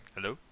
Hello